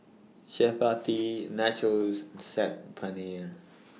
Chapati Nachos Saag Paneer